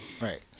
right